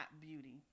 beauty